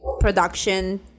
production